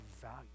value